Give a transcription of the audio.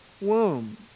womb